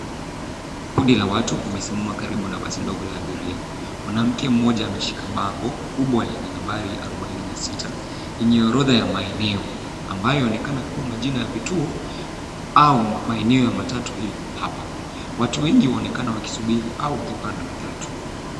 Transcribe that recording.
Kundi la watu wamesimama karibu na basi dogo la abiria. Mwanamke mmoja ameshika bango kubwa lenye nambari arubaini na sita yenye orodha ya maeneo ambayo yaonekana kuwa majina ya vituo au maeneo ya matatu hapa. Watu wengi huonekana wakisubiri au kupanda matatu.